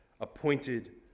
appointed